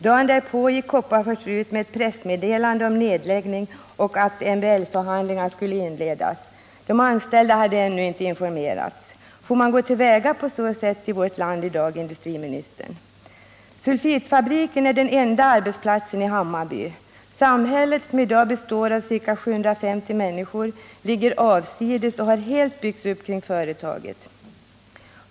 Dagen därpå gick Kopparfors ut med ett pressmeddelande om detta och om att MBL-förhandlingar skulle inledas. De anställda hade ännu inte informerats. Får man gå till väga på så sätt i vårt land i dag, industriministern? Sulfitfabriken är den enda arbetsplatsen i Hammarby. Samhället, som i dag består av ca 750 människor, ligger avsides och har helt byggts upp kring företaget.